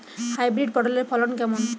Hybrid পটলের ফলন কেমন?